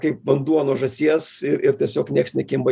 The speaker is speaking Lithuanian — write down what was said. kaip vanduo nuo žąsies ir tiesiog nieks nekimba